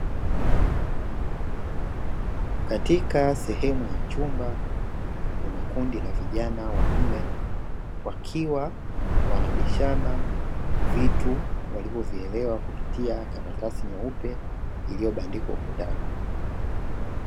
Katika sehemu ya chumba kuna kundi la vijana wanne wakiwa wanabishana vitu walivyovielewa kupitia karatasi nyeupe iliyobandikwa utani.